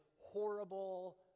horrible